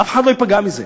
אף אחד לא ייפגע מזה.